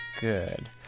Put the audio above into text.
good